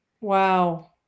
Wow